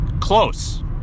close